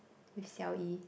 with Xiao-Yi